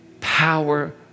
power